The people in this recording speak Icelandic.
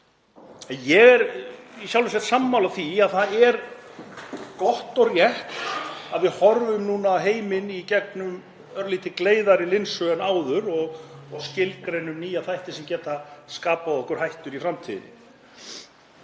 Ég er í sjálfu sér sammála því að það er gott og rétt að við horfum núna á heiminn í gegnum örlítið gleiðari linsu en áður og skilgreinum nýja þætti sem geta skapað okkur hættu í framtíðinni.